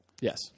Yes